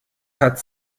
hat